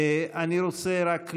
אני רוצה רק לוודא,